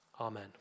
Amen